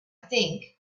think